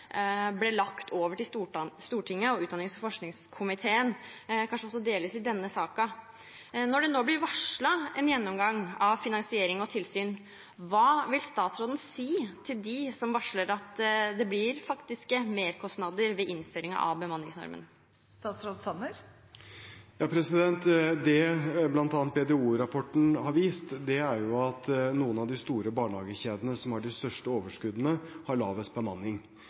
ble lagt til Stortinget og utdannings- og forskningskomiteen, kanskje delvis også i denne saken. Når det nå blir varslet en gjennomgang av finansiering og tilsyn, hva vil statsråden si til dem som varsler at det blir faktiske merkostnader ved innføringen av bemanningsnormen? Det bl.a. BDO-rapporten har vist, er at noen av de store barnehagekjedene som har de største overskuddene, har lavest bemanning.